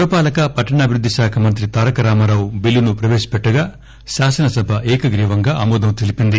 పురపాలక పట్టణాభివృద్ది శాఖా మంత్రి తారకరామారావు బిల్లును ప్రవేశపెట్టగా శాసనసభ ఏకగ్రీవంగా ఆమోదం తెలీపింది